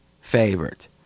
favorite